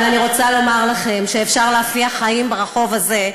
אבל אני רוצה לומר לכם שאפשר להפיח חיים ברחוב הזה.